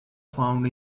found